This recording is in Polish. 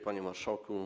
Panie Marszałku!